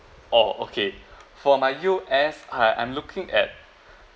orh okay for my U_S I I'm looking at